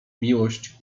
miłość